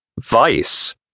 Vice